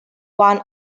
one